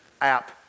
app